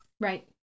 Right